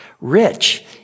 Rich